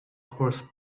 horse